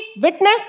witness